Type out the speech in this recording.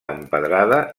empedrada